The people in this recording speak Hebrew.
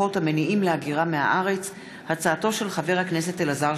מאת חבר הכנסת עפר